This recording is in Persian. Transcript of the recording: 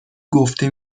گفته